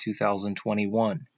2021